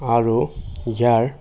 আৰু ইয়াৰ